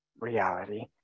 reality